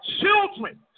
children